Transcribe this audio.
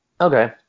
Okay